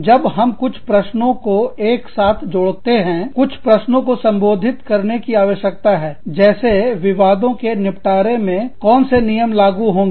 जब हम कुछ प्रश्नों को एक साथ जोड़ते करते हैं कुछ प्रश्नों को संबोधित करने की आवश्यकता है जैसे विवादों के निपटारे मे कौन से नियम लागू होंगे